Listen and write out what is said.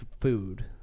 food